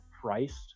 priced